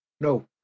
No